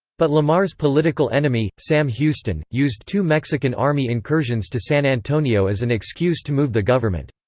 but lamar's political enemy, sam houston, used two mexican army incursions to san antonio as an excuse to move the government.